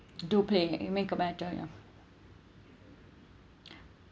do play it make a matter ya